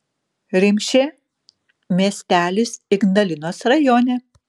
rimšė miestelis ignalinos rajone